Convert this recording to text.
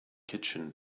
kitchen